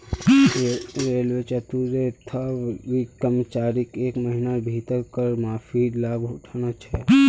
railway चतुर्थवर्गीय कर्मचारीक एक महिनार भीतर कर माफीर लाभ उठाना छ